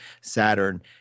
Saturn